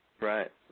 Right